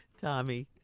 Tommy